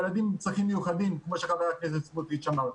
ילדים עם צרכים מיוחדים כמו שח"כ סמוטריץ' אמר,